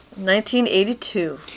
1982